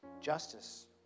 justice